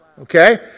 Okay